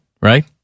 right